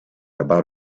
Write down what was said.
about